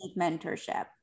mentorship